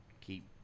keep